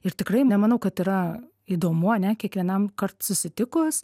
ir tikrai nemanau kad yra įdomu ane kiekvienam kart susitikus